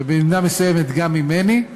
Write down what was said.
ובמידה מסוימת גם ממני,